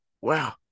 wow